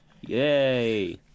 Yay